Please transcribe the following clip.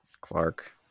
Clark